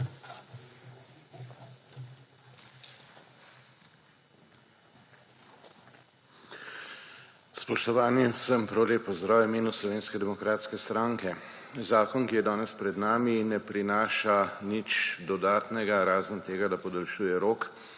Spoštovani, vsem prav lep pozdrav v imenu Slovenske demokratske stranke. Zakon, ki je danes pred nami, ne prinaša nič dodatnega razen tega, da podaljšuje rok